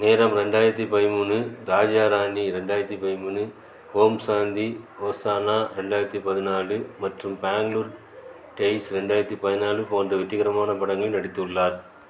நேரம் ரெண்டாயிரத்தி பதிமூணு ராஜா ராணி ரெண்டாயிரத்தி பதிமூணு ஓம் சாந்தி ஓஷானா ரெண்டாயிரத்தி பதினாலு மற்றும் பேங்ளூர் டேய்ஸ் ரெண்டாயிரத்தி பதினாலு போன்ற வெற்றிகரமான படங்களில் நடித்துள்ளார்